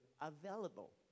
available